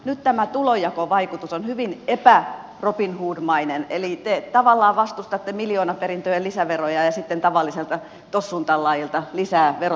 mutta mikä traagisinta nyt tämä tulonjakovaikutus on hyvin epärobinhoodmainen eli te tavallaan vastustatte miljoonaperintöjen lisäveroja ja sitten tavallisilta tossuntallaajilta lisää verottaisitte